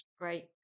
Great